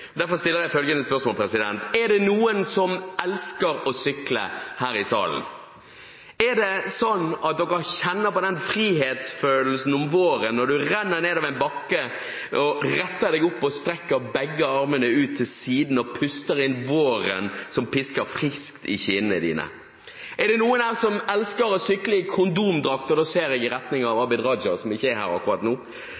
Derfor stiller jeg følgende spørsmål: Er det noen som elsker å sykle her i salen? Kjenner dere på den frihetsfølelsen om våren når du renner nedover en bakke, retter deg opp og strekker begge armene ut til siden og puster inn våren, som pisker friskt i kinnene dine? Er det noen her som elsker å sykle i kondomdrakt – og da ser jeg i retning av Abid Q. Raja, som ikke er her akkurat nå